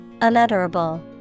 Unutterable